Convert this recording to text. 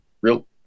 real